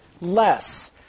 less